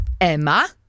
Emma